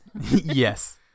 Yes